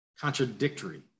contradictory